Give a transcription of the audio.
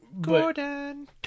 Gordon